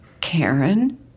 Karen